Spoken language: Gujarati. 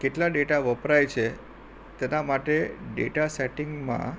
કેટલા ડેટા વપરાય છે તેના માટે ડેટા સેટિંગમાં